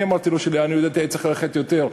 אני אמרתי לו שלעניות דעתי היה צריך ללכת יותר.